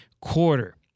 quarter